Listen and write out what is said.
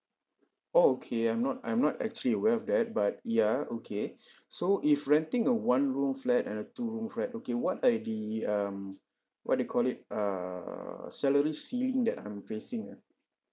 oh okay I'm not I'm not actually aware of that but ya okay so if renting a one room flat and a two room flat okay what are the um what they call it err salary ceiling that I'm facing ah